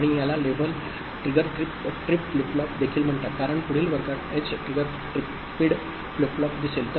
आणि याला level trigger trip flip flop देखील म्हणतात कारण पुढील वर्गात edge trigger tripped flip flop दिसेल